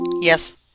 Yes